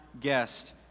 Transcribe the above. guest